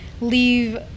leave –